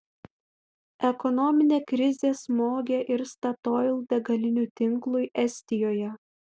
ekonominė krizė smogė ir statoil degalinių tinklui estijoje